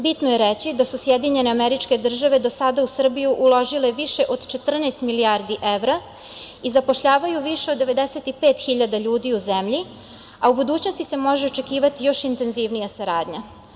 Bitno je reći da su SAD do sada u Srbiju uložile više od 14 milijardi evra i zapošljavaju više od 95.000 ljudi u zemlji, a u budućnosti se može očekivati još intenzivnija saradnja.